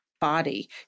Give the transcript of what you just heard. body